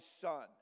son